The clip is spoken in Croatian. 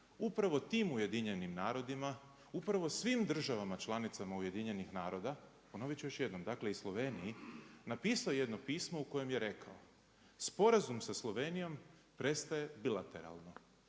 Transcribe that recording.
upravo tim Ujedinjenim narodima, upravo svim državama članicama Ujedinjenih naroda ponovit ću još jednom dakle i Sloveniji napisao jedno pismo u kojem je rekao: „Sporazum sa Slovenijom prestaje bilateralno